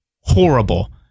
horrible